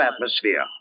atmosphere